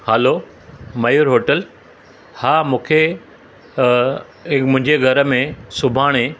hello Mayur hotel हा मूंखे हिकु मुंहिंजे घर में सुभाणे